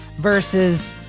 Versus